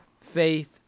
faith